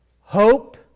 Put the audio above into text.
Hope